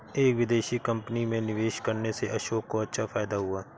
एक विदेशी कंपनी में निवेश करने से अशोक को अच्छा फायदा हुआ